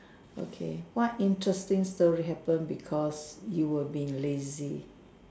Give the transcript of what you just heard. okay what interesting story happened because you were being lazy